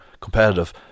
competitive